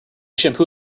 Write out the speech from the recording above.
shampoo